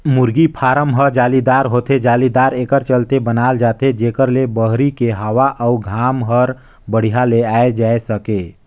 मुरगी फारम ह जालीदार होथे, जालीदार एकर चलते बनाल जाथे जेकर ले बहरी के हवा अउ घाम हर बड़िहा ले आये जाए सके